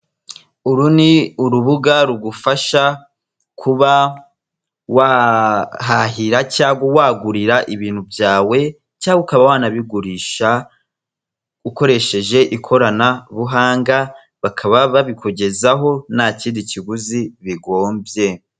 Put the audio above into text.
Uru ni urubuga rugufasha kuba wahahira cyangwa wagurira ibintu byawe cyangwa ukaba wanabigurisha ukoresheje ikoranabuhanga bakaba babikugezaho ntakindi kiguzi bigombye.